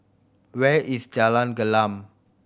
where is Jalan Gelam